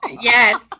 Yes